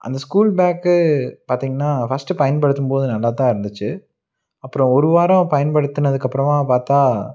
அந்த school bag பார்த்திங்னா first பயன்படுத்தும்போது நல்லாத்தான் இருந்துச்சு அப்புறம் ஒரு வாரம் பயன்படுத்தினதுக்கப்புறமா பார்த்தா